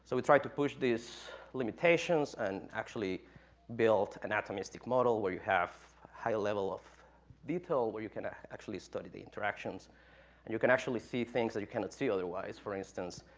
so we tried to push these limitations and actually built an atomistic model, where you have high level of detail, where you can actually study the interactions, and you can actually see things that you cannot see otherwise. for instance,